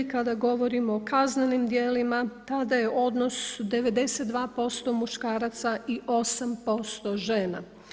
Kada govorimo o kaznenim djelima tada je odnos 92% muškaraca i 8% žena.